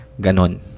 Ganon